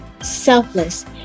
selfless